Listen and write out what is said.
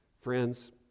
Friends